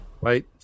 right